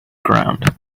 ground